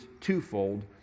twofold